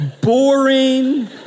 boring